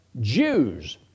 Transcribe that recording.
Jews